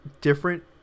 different